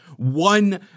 One